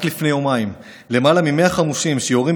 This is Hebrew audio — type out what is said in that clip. רק לפני יומיים למעלה מ-100 חמושים שיורים